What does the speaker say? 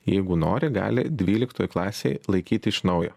jeigu nori gali dvyliktoj klasėj laikyti iš naujo